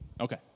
Okay